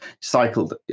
cycled